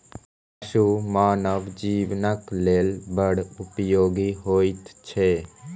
पशु मानव जीवनक लेल बड़ उपयोगी होइत छै